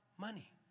Money